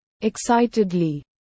Excitedly